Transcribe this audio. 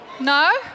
No